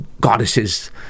goddesses